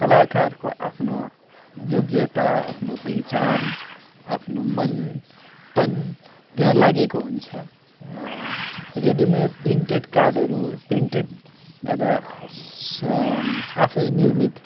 कलाकारको आफ्नो योग्यता आफ्नो पहिचान आफ्नो मन तन त्यहाँ लागेको हुन्छ रेडिमेट प्रिन्टेड कार्डहरू प्रिन्टेड र आफै निर्मित